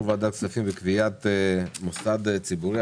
ועדת הכספים בקביעת מוסד ציבורי),